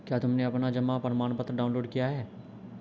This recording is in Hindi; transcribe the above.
क्या तुमने अपना जमा प्रमाणपत्र डाउनलोड किया है?